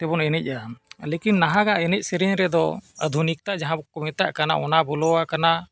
ᱛᱮᱵᱚᱱ ᱮᱱᱮᱡᱼᱟ ᱞᱮᱠᱤᱱ ᱱᱟᱦᱟᱜᱼᱟᱜ ᱮᱱᱮᱡ ᱥᱮᱨᱮᱧ ᱨᱮᱫᱚ ᱟᱹᱫᱷᱩᱱᱤᱠᱚᱛᱟ ᱡᱟᱦᱟᱸ ᱠᱚ ᱢᱮᱛᱟᱜ ᱠᱟᱱᱟ ᱚᱱᱟ ᱵᱚᱞᱚ ᱟᱠᱟᱱᱟ